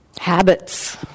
habits